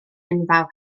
enfawr